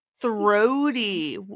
Throaty